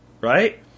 right